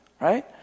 Right